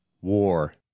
WAR